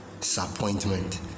Disappointment